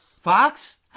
Fox